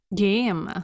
game